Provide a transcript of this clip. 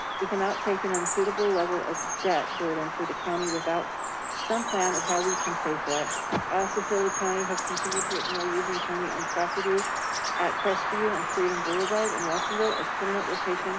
we cannot take an unsuitable level of debt burden for the county without some plan of how we can pay for it. i also feel the county has continued to ignore using county owned property at crestview and freedom boulevard in watsonville as permanent location